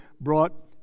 brought